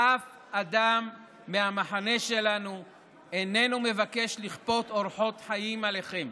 אף אדם מהמחנה שלנו איננו מבקש לכפות אורחות חיים עליכם,